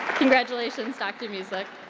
congratulations dr. musick.